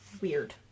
Weird